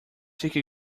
take